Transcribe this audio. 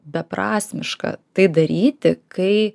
beprasmiška tai daryti kai